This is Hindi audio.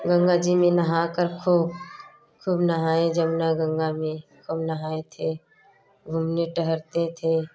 गंगा जी में नहाकर खूब खूब नहाए जमुना गंगा में हम नहाए थे घूमने टहरते थे